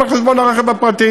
גם על חשבון הרכב הפרטי,